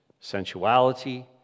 sensuality